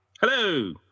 Hello